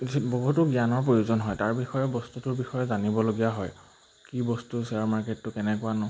যি বহুতো জ্ঞানৰ প্ৰয়োজন হয় তাৰ বিষয়ে বস্তুটোৰ বিষয়ে জানিবলগীয়া হয় কি বস্তু শ্বেয়াৰ মাৰ্কেটটো কেনেকুৱা ন